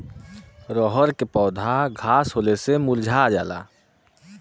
रहर क पौधा घास होले से मूरझा जाला